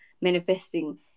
manifesting